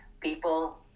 people